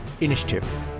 Initiative